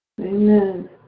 Amen